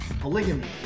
Polygamy